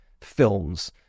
films